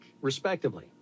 respectively